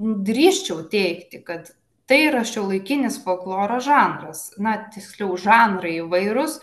drįsčiau teigti kad tai yra šiuolaikinis folkloro žanras na tiksliau žanrai įvairūs